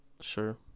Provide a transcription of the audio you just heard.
sure